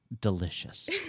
delicious